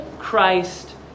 Christ